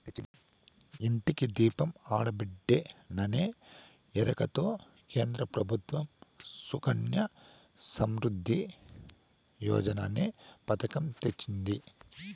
ఇంటికి దీపం ఆడబిడ్డేననే ఎరుకతో కేంద్ర ప్రభుత్వం సుకన్య సమృద్ధి యోజననే పతకం తెచ్చింది